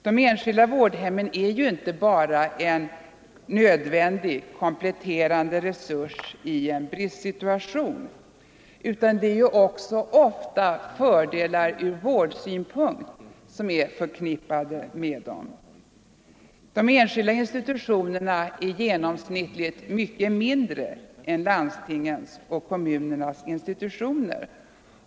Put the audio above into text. De enskilda vårdhemmen är inte bara en nödvändig kompletterande resurs i en bristsituation utan det är också ofta fördelar ur vårdsynpunkt förknippade med dem. De enskilda institutionerna är genomsnittligt mycket mindre än landstingens och kommunernas institutioner.